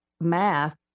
math